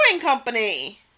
Company